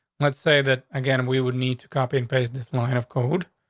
let's say that again. and we would need to copy and paste this line of cold.